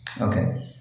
Okay